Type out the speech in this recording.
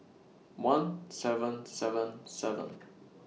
one seven seven seven